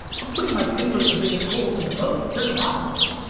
i'm putting my finger in the biggest holes in the boat. there's a lot of holes.